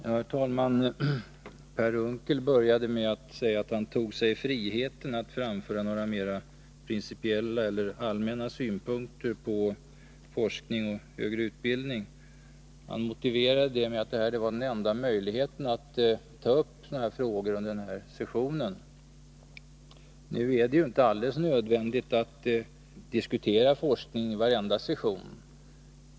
Herr talman! Per Unckel började med att säga att han tog sig friheten att framföra några mera allmänna synpunkter på forskning och högre utbildning. Han motiverade det med att det var den enda möjligheten att ta upp sådana frågor under den här sessionen. Nu är det inte alldeles nödvändigt att diskutera forskningen varenda session.